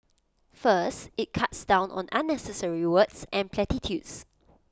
first IT cuts down on unnecessary words and platitudes